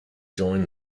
joined